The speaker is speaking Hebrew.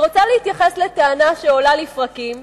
אני רוצה להתייחס לטענה שעולה לפרקים